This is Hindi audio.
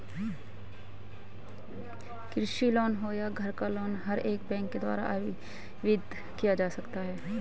कृषि लोन हो या घर का लोन हर एक बैंक के द्वारा आवेदित किया जा सकता है